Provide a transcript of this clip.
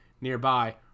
Nearby